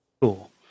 Cool